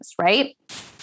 right